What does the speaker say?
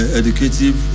educative